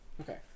Okay